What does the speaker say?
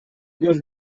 już